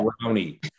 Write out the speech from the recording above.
brownie